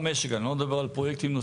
רמ"י לא חתומה על ההסכם.